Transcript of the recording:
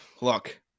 Look